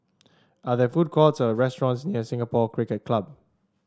are there food courts or restaurants near Singapore Cricket Club